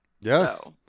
yes